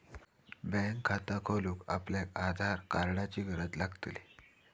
bank खाता खोलूक आपल्याक आधार कार्डाची गरज लागतली